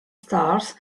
stars